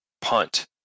punt